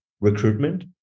recruitment